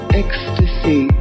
ecstasy